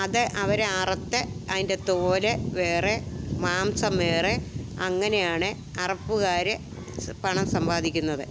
അത് അവർ അറുത്ത് അതിൻ്റെ തോൽ വേറെ മാംസം വേറെ അങ്ങനെയാണ് അറപ്പുകാർ പണം സമ്പാദിക്കുന്നത്